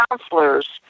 counselors